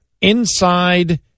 inside